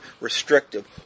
restrictive